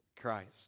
Christ